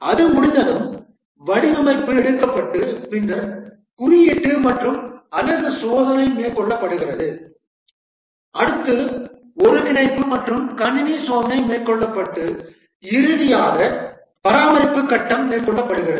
அது முடிந்ததும் வடிவமைப்பு எடுக்கப்பட்டு பின்னர் குறியீட்டு மற்றும் அலகு சோதனை மேற்கொள்ளப்படுகிறது அடுத்து ஒருங்கிணைப்பு மற்றும் கணினி சோதனை மேற்கொள்ளப்பட்டு இறுதியாக பராமரிப்பு கட்டம் மேற்கொள்ளப்படுகிறது